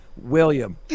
William